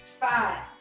Five